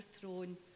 throne